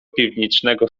piwnicznego